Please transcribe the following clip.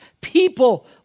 people